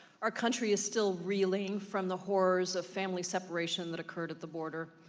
our country is still reeling from the horrors of family separation that occurred at the border.